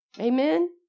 Amen